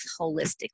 holistically